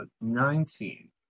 Nineteen